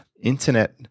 internet